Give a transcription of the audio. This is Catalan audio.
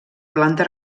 planta